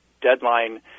deadline